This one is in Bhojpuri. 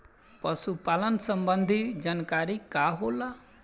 पशु पालन संबंधी जानकारी का होला?